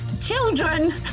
Children